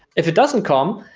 if it doesn't come,